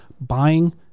buying